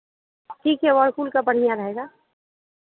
ठीक है वर्लपुल का बढ़ियाँ रहेगा